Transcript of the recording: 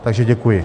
Takže děkuji.